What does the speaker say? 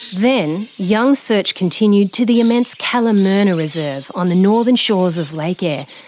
then, young's search continued to the immense kalamurina reserve, on the northern shores of lake eyre,